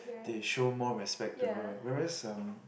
they show more respect to her whereas um